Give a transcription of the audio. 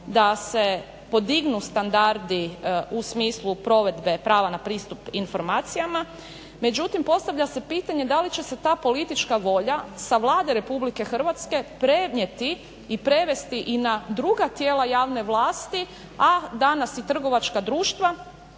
da se podignu standardi u smislu provedbe prava na pristup informacijama. Međutim postavlja se pitanje da li će se ta politička volja sa Vlade RH prenijeti i prevesti i na druga tijela javne vlasti a danas i trgovačka društva